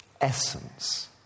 Essence